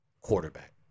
quarterback